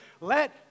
Let